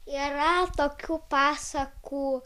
yra tokių pasakų